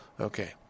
Okay